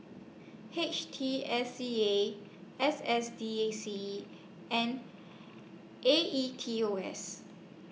H T S C A S S D A C and A E T O S